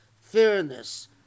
fairness